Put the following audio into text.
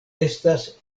estas